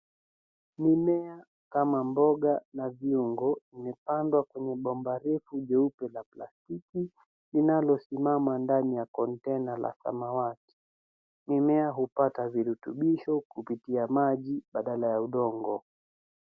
Mimea kama mboga na viungo vimepandwa kwenye bomba refu jeupe la plastiki linalosimama ndani ya kontena la samawati. Mimea hupata virutubisho kupitia maji badala ya udongo.